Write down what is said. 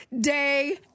day